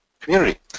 community